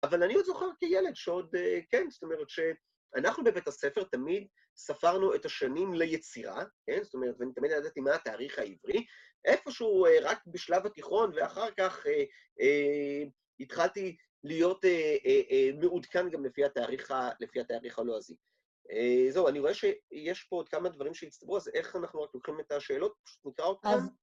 אבל אני עוד זוכר כילד שעוד, כן, זאת אומרת, שאנחנו בבית הספר תמיד ספרנו את השנים ליצירה, כן, זאת אומרת, ואני תמיד ידעתי מה התאריך העברי, איפשהו רק בשלב התיכון, ואחר כך התחלתי להיות מעודכן גם לפי התאריך הלועזי. זהו, אני רואה שיש פה עוד כמה דברים שהצטברו, אז איך אנחנו רק לוקחים את השאלות? פשוט נקרא אותן.